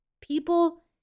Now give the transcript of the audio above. People